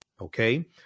Okay